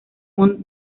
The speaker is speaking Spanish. mont